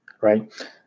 right